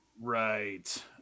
Right